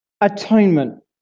atonement